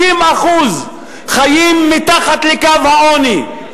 50% חיים מתחת לקו העוני.